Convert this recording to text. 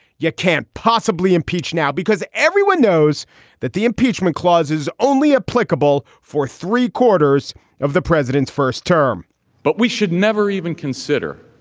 you can't possibly impeach now because everyone knows that the impeachment clauses only applicable for three quarters of the president's first term but we should never even consider.